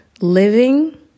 living